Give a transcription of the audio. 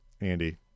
Andy